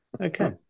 Okay